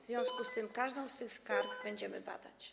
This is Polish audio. W związku z tym każdą z tych skarg będziemy badać.